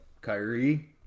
Kyrie